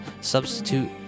substitute